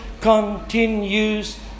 continues